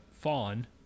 Fawn